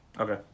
Okay